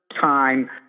time